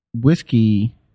whiskey